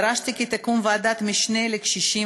דרשתי כי תקום ועדת משנה לקשישים,